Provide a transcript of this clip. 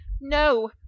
no